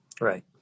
Right